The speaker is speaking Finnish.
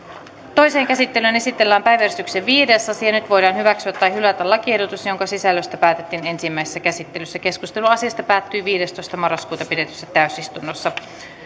toiseen käsittelyyn esitellään päiväjärjestyksen viides asia nyt voidaan hyväksyä tai hylätä lakiehdotus jonka sisällöstä päätettiin ensimmäisessä käsittelyssä keskustelu asiasta päättyi viidestoista yhdettätoista kaksituhattakuusitoista pidetyssä täysistunnossa